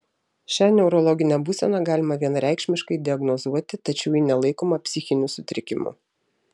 šią neurologinę būseną galima vienareikšmiškai diagnozuoti tačiau ji nelaikoma psichiniu sutrikimu